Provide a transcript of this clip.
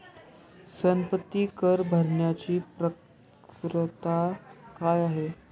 संपत्ती कर भरण्याची पात्रता काय आहे?